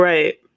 Right